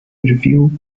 review